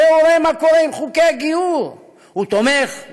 צא וראה מה קורה עם חוקי הגיור: הוא תומך,